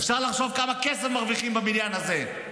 אפשר לחשוב כמה כסף מרוויחים בבניין הזה.